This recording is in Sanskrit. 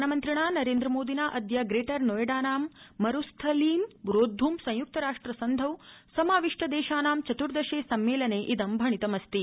प्रधानमन्त्रिणा नरेन्द्रमोदिना अद्य प्रेटर नोएडायां मरूस्थलीं रोद्रं संयुक्तराष्ट्र सन्धौ समाविष्ट देशानां चतुर्दशे सम्मेलने इद भणितमस्ति